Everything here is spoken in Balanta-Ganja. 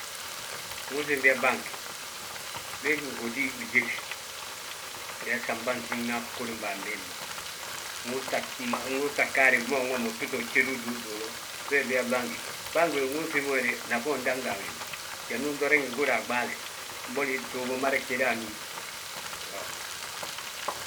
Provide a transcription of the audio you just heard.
Ndu usiim biyaa bang, wégi hódi bijéti, biyaa sam bânsíŋna ggudim bâan hémma. Ndu utaa ggaadi wi ma unwom utito jódi ududuulu, we biyaa bangi. Bangi we ndu usiim we de, nafan undaŋ ga a wi ma, jandi uto riŋi gudi a ɓaale. Mbo ŧuubu mada jéda anúm.